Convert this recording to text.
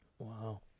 Wow